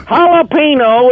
Jalapeno